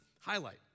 highlight